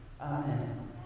Amen